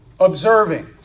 Observing